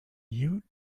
you